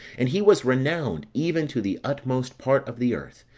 and he was renowned even to the utmost part of the earth,